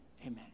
amen